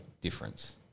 difference